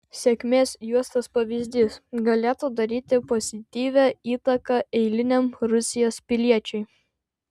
sėkmės juostos pavyzdys galėtų daryti pozityvią įtaką eiliniam rusijos piliečiui